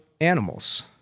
animals